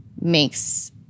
makes